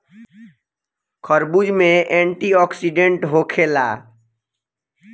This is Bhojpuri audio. खरबूज में एंटीओक्सिडेंट होखेला